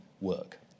work